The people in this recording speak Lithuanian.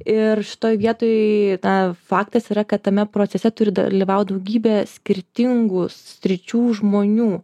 ir šitoj vietoj na faktas yra kad tame procese turi dalyvaut daugybė skirtingų sričių žmonių